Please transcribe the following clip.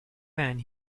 man